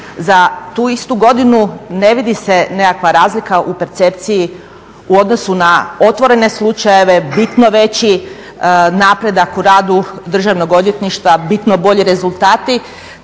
za tu istu godinu ne vidi se nekakva razlika u percepciji u odnosu na otvorene slučajeve, bitno veći napredak u radu Državnog odvjetništva, bitno bolji rezultati,